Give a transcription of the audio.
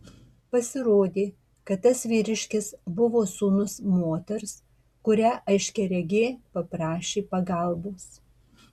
pasirodė kad tas vyriškis buvo sūnus moters kurią aiškiaregė paprašė pagalbos